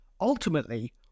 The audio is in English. Ultimately